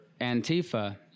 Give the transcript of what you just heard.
Antifa